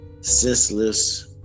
senseless